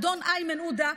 אדון איימן עודה,